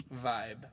vibe